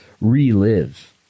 relive